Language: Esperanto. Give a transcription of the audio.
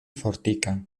fortika